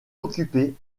occupée